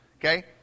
Okay